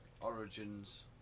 Origins